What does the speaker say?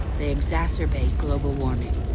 they exacerbate global warming.